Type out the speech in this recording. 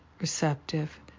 receptive